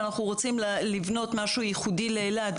אם אני אומרת שאנחנו רוצים לבנות משהו ייחודי לאילת,